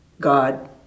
God